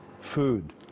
food